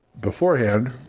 Beforehand